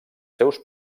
seus